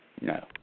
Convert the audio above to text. No